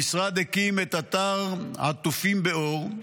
המשרד הקים את אתר "עטופים באור",